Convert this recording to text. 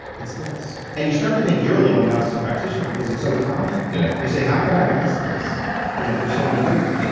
it's this and you start to think you are a little nuts as a practitioner because it's so common. yeah you say, how could i have missed this you know for so many years?